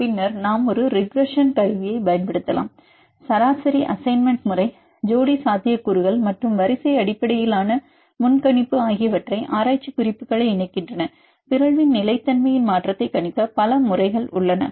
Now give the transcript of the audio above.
பின்னர் நாம் ஒரு ரிக்ரஸ்ஸன் கருவியைப் பயன்படுத்தலாம் சராசரி அசைன்மெண்ட் முறை ஜோடி சாத்தியக்கூறுகள் மற்றும் வரிசை அடிப்படையிலான முன்கணிப்பு ஆகியவை ஆராய்ச்சி குறிப்புக்களை இணைக்கின்றன பிறழ்வின் நிலைத்தன்மையின் மாற்றத்தை கணிக்க பல முறைகள் உள்ளன